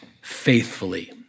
faithfully